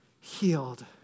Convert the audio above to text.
healed